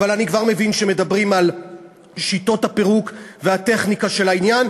אבל אני כבר מבין שמדברים על שיטות הפירוק והטכניקה של העניין,